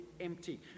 empty